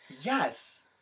Yes